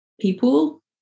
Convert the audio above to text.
people